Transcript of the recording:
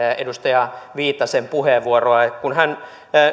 edustaja viitasen puheenvuoroa kun hän